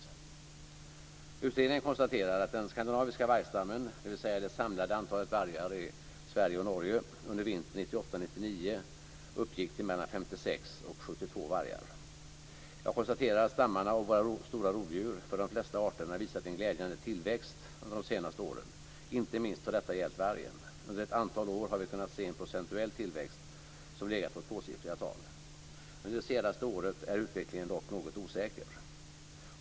Utredningen konstaterar att den skandinaviska vargstammen, dvs. det samlade antalet vargar i Sverige och Norge under vintern 1998/99, uppgick till mellan 56 och 72 vargar. Jag konstaterar att stammarna av våra stora rovdjur för de flesta arterna visat en glädjande tillväxt under de senare åren, och inte minst har detta gällt vargen. Under ett antal år har vi kunnat se en procentuell tillväxt som legat på tvåsiffriga tal. Under det senaste året är utvecklingen dock något osäker.